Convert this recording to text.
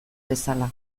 bezala